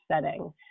setting